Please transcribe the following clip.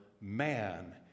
man